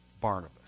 Barnabas